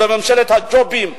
בממשלת הג'ובים,